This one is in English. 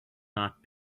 not